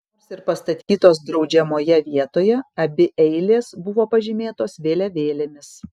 nors ir pastatytos draudžiamoje vietoje abi eilės buvo pažymėtos vėliavėlėmis